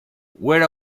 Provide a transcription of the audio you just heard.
were